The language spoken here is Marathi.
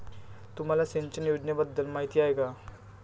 तुम्हाला सिंचन योजनेबद्दल माहिती आहे का?